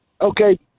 Okay